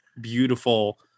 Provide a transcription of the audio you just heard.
beautiful